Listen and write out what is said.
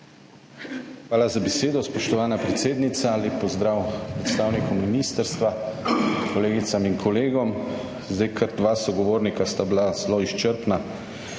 Hvala za besedo, spoštovana predsednica. Lep pozdrav predstavnikom ministrstva, kolegicam in kolegom. Zdaj, kar dva sogovornika sta bila zelo izčrpna,